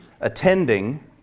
attending